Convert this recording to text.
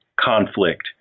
conflict